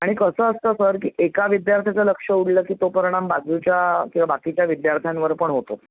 आणि कसं असतं सर की एका विद्यार्थ्याचं लक्ष उडालं की तो परिणाम बाजूच्या किंवा बाकीच्या विद्यार्थ्यांवर पण होतो